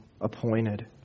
appointed